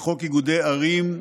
לחוק איגודי ערים,